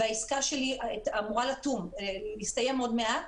והעסקה שלי אמורה להסתיים עוד מעט.